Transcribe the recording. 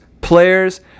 players